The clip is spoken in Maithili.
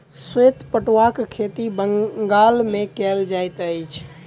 श्वेत पटुआक खेती बंगाल मे कयल जाइत अछि